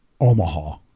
Omaha